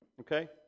Okay